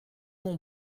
mon